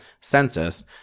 census